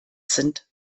sind